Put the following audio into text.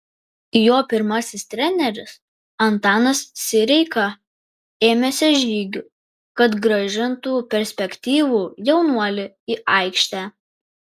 jo pirmasis treneris antanas sireika ėmėsi žygių kad grąžintų perspektyvų jaunuolį į aikštę